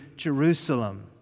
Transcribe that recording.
Jerusalem